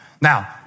Now